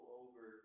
over